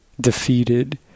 defeated